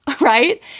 right